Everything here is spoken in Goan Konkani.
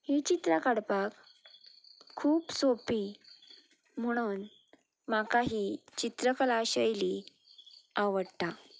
हीं चित्रां काडपाक खूब सोंपी म्हुणून म्हाका ही चित्रकला शैली आवडटा